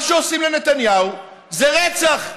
מה שעושים לנתניהו זה רצח.